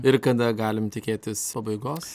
ir kada galim tikėtis pabaigos